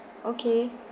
okay